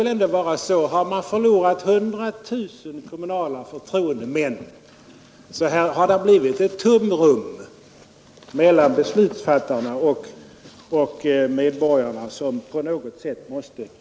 Har man förlorat 100 000 kommunala förtroendemän, måste det ändå mellan beslutsfattarna och medborgarna ha blivit ett tomrum som på något sätt måste fyllas.